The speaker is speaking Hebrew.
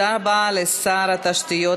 מסכימים